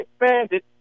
expanded